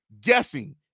guessing